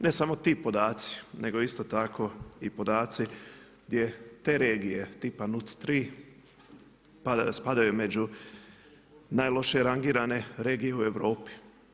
Ne samo ti podaci, nego isto tako podaci, gdje te regije, tipa NUC 3 spadaju među najloše rangirane regije u Europi.